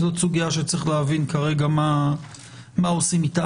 שזאת סוגיה שצריך להבין מה עושים איתה,